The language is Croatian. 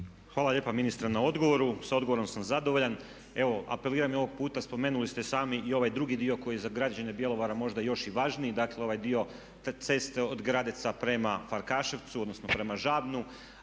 Hvala lijepa ministre na odgovoru, sa odgovorom sam zadovoljan. Evo, apeliram i ovog puta, spomenuli ste sami i ovaj drugi dio koji je za građane Bjelovara možda još i važniji, dakle ovaj dio ceste od Gradeca prema Farkaševcu, odnosno prema Žabnu.